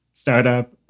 Startup